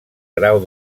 grau